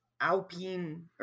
Alpine –